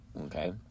Okay